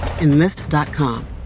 Enlist.com